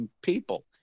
people